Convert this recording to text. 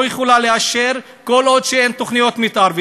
לא יכולה לאשר כל עוד אין תוכניות מתאר.